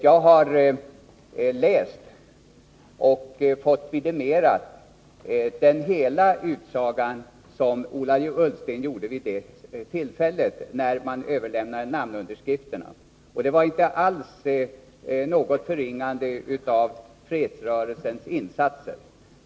Jag har läst hela det uttalande som Ola Ullsten gjorde vid det tillfälle då man överlämnade namnunderskrifterna till honom. Det var inte alls något förringande av fredsrörelsens insatser.